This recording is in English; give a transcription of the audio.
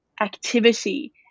activity